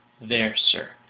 there, sir.